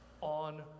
on